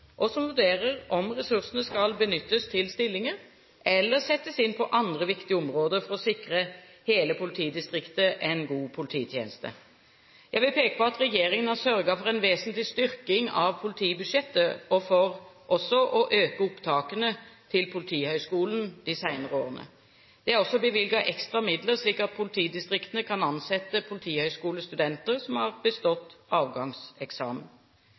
og som vurderer om ressursene skal benyttes til stillinger eller settes inn på andre viktige områder for å sikre hele politidistriktet en god polititjeneste. Jeg vil peke på at regjeringen har sørget for en vesentlig styrking av politibudsjettet og også for å øke opptakene til Politihøgskolen de senere årene. Det er også bevilget ekstra midler, slik at politidistriktene kan ansette politihøgskolestudenter som har bestått avgangseksamen.